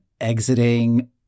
exiting